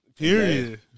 Period